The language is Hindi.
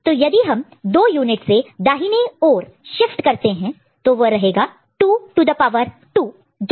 तो यदि हम दो यूनिट से दाहिने राइट right और शिफ्ट करते हैं तो वह रहेगा 2 टू द पावर 2